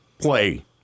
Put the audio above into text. play